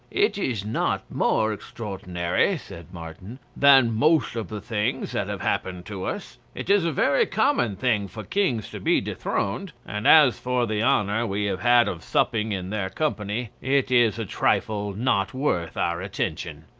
it is not more extraordinary, said martin, than most of the things that have happened to us. it is a very common thing for kings to be dethroned and as for the honour we have had of supping in their company, it is a trifle not worth our attention.